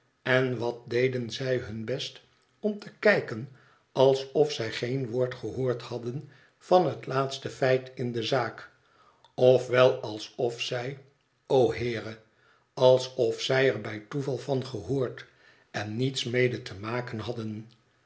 en wat deden zij hun best om te kijken alsof zij geen woord gehoord hadden van het laatste feit in de zaak of wel alsof zij o heere alsof zij er bij toeval van gehoord en niets mede te maken hadden